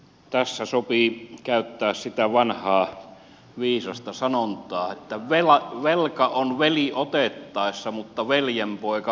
tässä sopii käyttää sitä vanhaa viisasta sanontaa velka on veli otettaessa mutta veljenpoika maksettaessa